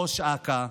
ראש אכ"א,